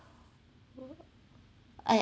I